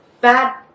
bad